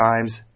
times